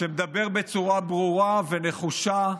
שמדבר בצורה ברורה ונחושה,